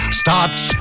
starts